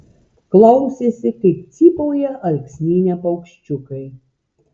klausėsi kaip cypauja alksnyne paukščiukai